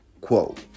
quote